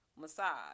massage